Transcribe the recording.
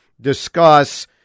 discuss